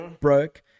broke